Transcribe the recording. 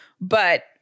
but-